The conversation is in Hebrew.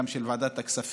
גם של ועדת הכספים,